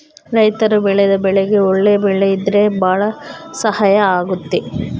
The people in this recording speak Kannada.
ರೈತರು ಬೆಳೆದ ಬೆಳೆಗೆ ಒಳ್ಳೆ ಬೆಲೆ ಇದ್ರೆ ಭಾಳ ಸಹಾಯ ಆಗುತ್ತೆ